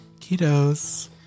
Ketos